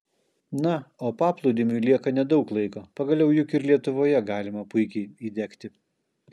na o paplūdimiui lieka nedaug laiko pagaliau juk ir lietuvoje galima puikiai įdegti